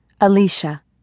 Alicia